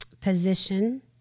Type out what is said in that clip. position